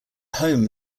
home